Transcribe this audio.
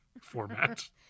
format